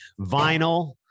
vinyl